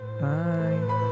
Bye